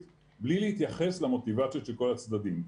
בלי להתייחס למוטיבציות של כל הצדדים.